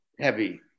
heavy